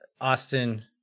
Austin